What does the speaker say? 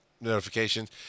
notifications